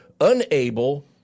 unable